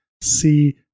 see